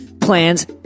plans